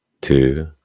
two